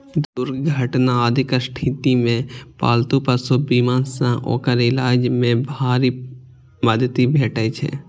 दुर्घटना आदिक स्थिति मे पालतू पशु बीमा सं ओकर इलाज मे भारी मदति भेटै छै